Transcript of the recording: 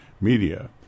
media